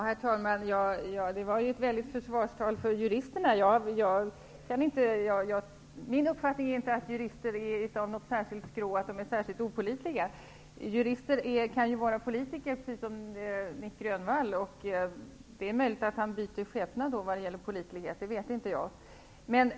Herr talman! Det var ett väldigt försvarstal för juristerna! Min uppfattning är inte att jurister är av något särskilt skrå eller att de är särskilt opålitliga. Jurister kan ju vara politiker, precis som Nic Grönvall, och det är möjligt att de då byter skepnad vad gäller pålitlighet -- det vet inte jag.